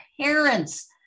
parents